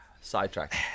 sidetrack